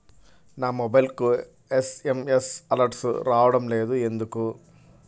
నా మొబైల్కు SMS alerts రావడం లేదు ఎందుకు?